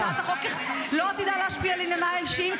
הצעת החוק לא תדע להשפיע על ענייניי האישיים,